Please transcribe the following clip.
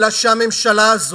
אלא שהממשלה הזאת,